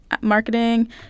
marketing